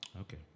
Okay